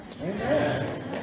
Amen